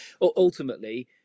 Ultimately